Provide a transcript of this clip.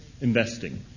investing